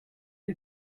did